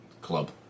club